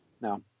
no